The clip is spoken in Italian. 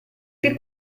che